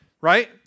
right